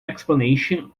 explanation